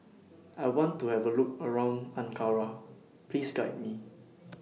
I want to Have A Look around Ankara Please Guide Me